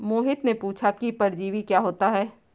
मोहित ने पूछा कि परजीवी क्या होता है?